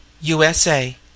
USA